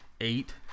eight